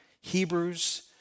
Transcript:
Hebrews